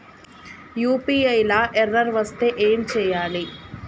UPI లా error వస్తే ఏం చేయాలి?